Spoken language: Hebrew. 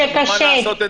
כשקשה.